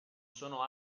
sono